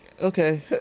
Okay